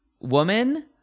woman